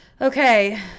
Okay